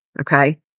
okay